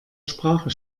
sprache